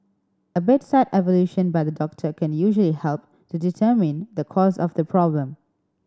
a bedside evaluation by the doctor can usually help to determine the cause of the problem